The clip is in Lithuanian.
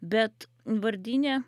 bet vardyne